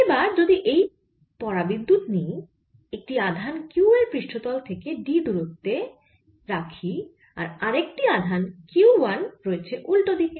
এবার যদি এই পরাবিদ্যুত নিই একটি আধান q এর পৃষ্ঠতল থেকে d দূরত্বে রয়েছে আর আরেকটি আধান q 1 রয়েছে উল্টো দিকে